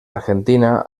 argentina